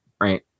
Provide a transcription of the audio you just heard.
right